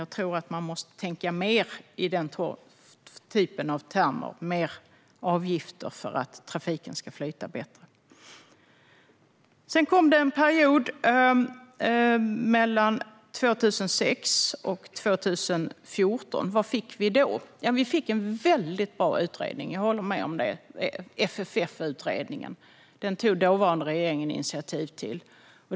Jag tror att man måste tänka mer i den typen av termer och ha mer avgifter för att trafiken ska flyta bättre. Sedan kom perioden mellan 2006 och 2014. Vad fick vi då? Jo, vi fick en väldigt bra utredning - jag håller med om det. Det var FFF-utredningen. Den tog den dåvarande regeringen initiativ till.